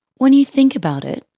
when you think about it,